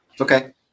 Okay